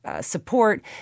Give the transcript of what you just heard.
support